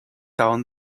down